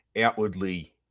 Outwardly